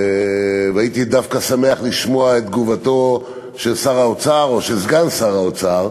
והייתי דווקא שמח לשמוע את תגובתו של שר האוצר או של סגן שר האוצר.